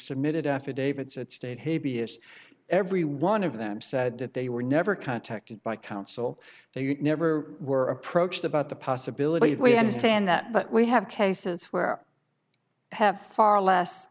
submitted affidavits at state habeas every one of them said that they were never contacted by counsel they never were approached about the possibility of we understand that but we have cases where have far less